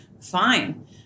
fine